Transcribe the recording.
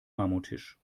marmortisch